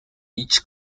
each